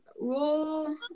roll